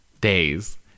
days